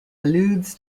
alludes